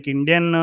Indian